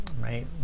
right